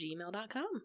gmail.com